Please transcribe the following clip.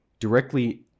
Directly